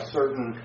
certain